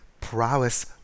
prowess